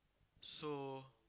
so